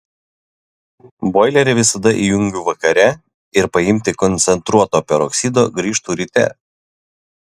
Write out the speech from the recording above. boilerį visada įjungiu vakare ir paimti koncentruoto peroksido grįžtu ryte